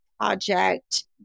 project